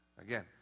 again